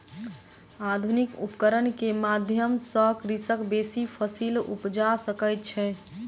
आधुनिक उपकरण के माध्यम सॅ कृषक बेसी फसील उपजा सकै छै